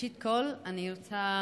ראשית כול, אני רוצה